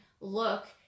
look